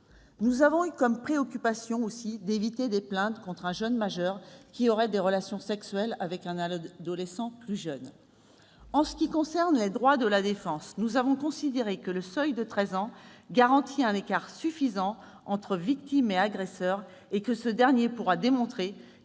Nous avons eu aussi comme préoccupation d'éviter des plaintes contre un jeune majeur qui aurait des relations sexuelles avec un adolescent plus jeune. En ce qui concerne les droits de la défense, nous avons considéré que le seuil de treize ans garantit un écart d'âge suffisant entre victime et agresseur et que ce dernier pourra démontrer